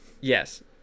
yes